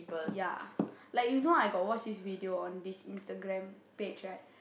ya like you know I got watch this video on this Instagram page right